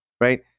right